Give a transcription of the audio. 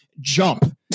jump